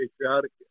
patriotic